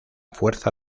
fuerza